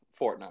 Fortnite